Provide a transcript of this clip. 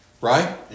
Right